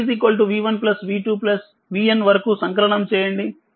vN వరకు సంకలనం చేయండి